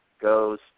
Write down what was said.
goes